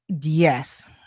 Yes